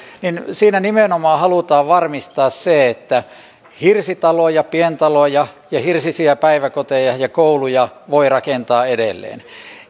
siinä nimenomaan halutaan varmistaa se että hirsitaloja pientaloja ja hirsisiä päiväkoteja ja kouluja voi rakentaa edelleen